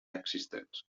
existents